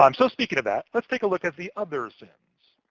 um so speaking to that, let's take a look at the other sin's.